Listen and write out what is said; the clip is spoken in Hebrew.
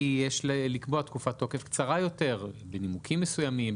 יש לקבוע תקופת תוקף קצרה יותר בנימוקים מסוימים,